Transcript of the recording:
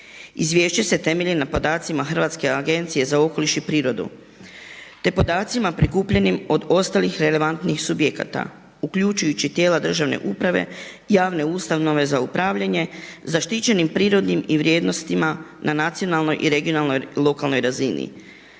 Izvješće se temelji na podacima Hrvatske agencije za okoliš i prirodu te podacima prikupljenim od ostalih relevantnih subjekata uključujući tijela državne uprave, javne ustanove za upravljanje, zaštićenim prirodnim i vrijednostima na nacionalnoj i regionalnoj, lokalnoj razini,